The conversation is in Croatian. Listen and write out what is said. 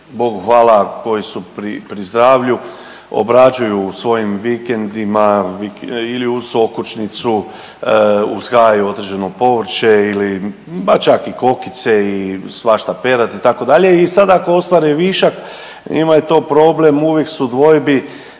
Bogu hvala, koji su pri zdravlju, obrađuju u svojim vikendima, ili uz okućnicu, uzgajaju određeno povrće ili ma čak i kokice i svašta, perad, itd. i sad ako ostvare višak, njima je to problem, uvijek su u dvojbi,